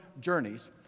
journeys